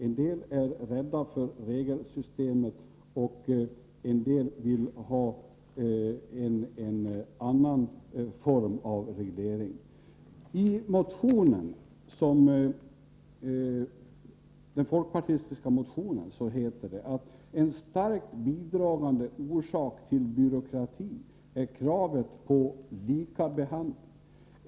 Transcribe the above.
En del är rädda för regelsystem och en del vill ha en annan form av reglering. ”En starkt bidragande orsak till byråkrati är kravet på likabehandling .